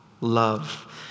Love